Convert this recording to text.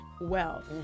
wealth